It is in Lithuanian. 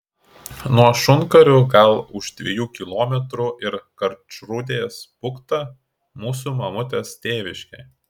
nuo šunkarių gal už dviejų kilometrų ir karčrūdės bukta mūsų mamutės tėviškė